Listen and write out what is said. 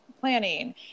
planning